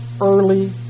early